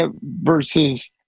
versus